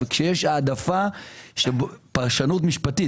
וכשיש העדפה של פרשנות משפטית,